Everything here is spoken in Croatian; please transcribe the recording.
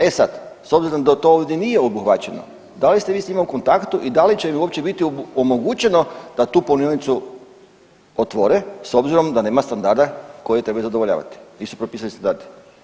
E sad, s obzirom da to ovdje nije obuhvaćeno, da li ste vi s njima u kontaktu i da li će uopće biti omogućeno da tu punionicu otvore s obzirom da nema standarda koji trebaju zadovoljavati, nisu propisani standardi?